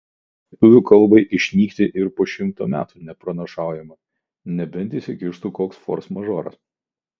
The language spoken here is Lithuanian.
lietuvių kalbai išnykti ir po šimto metų nepranašaujama nebent įsikištų koks forsmažoras